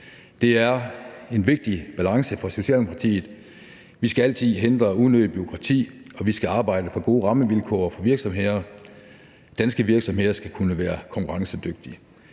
Det er en vigtig balance for Socialdemokratiet. Vi skal altid hindre unødigt bureaukrati, og vi skal arbejde for gode rammevilkår for virksomhederne. Danske virksomheder skal kunne være konkurrencedygtige.